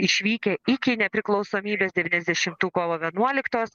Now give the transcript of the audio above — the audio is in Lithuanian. išvykę iki nepriklausomybės devyniasdešimtų kovo vienuoliktos